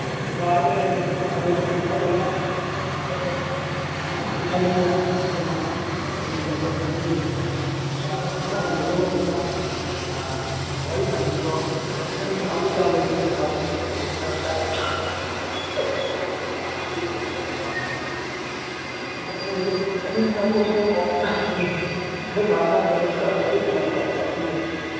ꯑꯥ ꯑꯗꯨꯅꯦ ꯍꯥꯏꯁꯦ ꯑꯗꯨ ꯀꯃꯥꯏꯅ ꯇꯧꯅꯤ ꯃꯥꯁꯨ ꯌꯥꯎꯅꯤꯕ꯭ꯔ ꯈꯣꯠꯄ꯭ꯔꯗꯣ ꯌꯥꯎꯒꯦ ꯍꯥꯏꯕꯅꯤꯅ ꯑꯗꯨꯅ ꯑꯗꯨꯅꯤꯗ ꯑꯩꯈꯣꯏꯅ ꯈꯪꯅꯤꯡꯉꯤꯁꯤ ꯁꯣꯝ ꯅꯥꯀꯟꯗꯁꯨ ꯑꯩꯈꯣꯏꯅ ꯋꯥꯔꯤ ꯁꯥꯟꯅꯕꯗꯣ ꯆꯠꯅꯤꯡꯕ ꯀꯥꯡꯕꯨ ꯌꯥꯝ ꯂꯩꯇꯦ ꯁꯥꯕꯗꯁꯨ ꯐꯔꯛ ꯇꯥꯏꯌꯦꯕ ꯑꯗ ꯃꯣꯏꯁꯦ ꯆꯠꯅꯤꯡꯕ ꯀꯥꯡꯕꯨꯅꯦꯅ ꯈꯔ ꯊꯥꯞꯅ ꯀꯩꯅꯣ ꯋꯥꯔꯤ ꯁꯥꯅꯩ ꯍꯥꯏꯌꯦꯕ ꯁꯨꯝꯕꯁꯦ